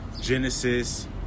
Genesis